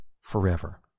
forever